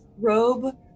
robe